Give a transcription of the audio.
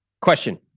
Question